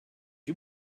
you